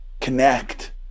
Connect